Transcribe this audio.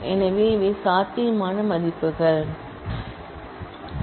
எனவே இவை possible values